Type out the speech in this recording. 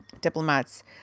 diplomats